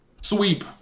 Sweep